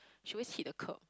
she always hit the kerb